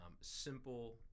simple